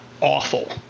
awful